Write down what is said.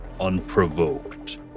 unprovoked